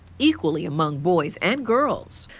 equally among boys and girls.